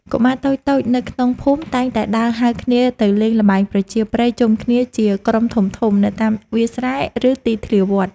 កុមារតូចៗនៅក្នុងភូមិតែងតែដើរហៅគ្នាទៅលេងល្បែងប្រជាប្រិយជុំគ្នាជាក្រុមធំៗនៅតាមវាលស្រែ ឬទីធ្លាវត្ត។